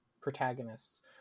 protagonist's